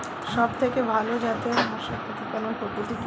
সবথেকে ভালো জাতের মোষের প্রতিপালন পদ্ধতি কি?